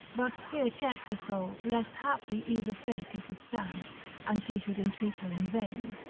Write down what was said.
but fear checked her soul lest haply either fate should withstand and she should entreat her in vain,